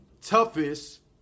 toughest